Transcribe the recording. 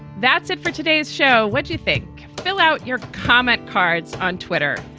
that's it for today's show. what do you think? fill out your comment cards on twitter.